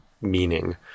meaning